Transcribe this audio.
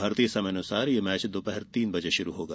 भारतीय समयानुसार मैच दोपहर तीन बजे शुरू होगा